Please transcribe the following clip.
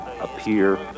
appear